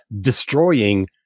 destroying